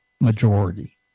majority